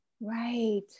Right